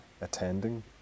attending